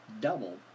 double